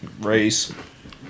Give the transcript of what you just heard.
race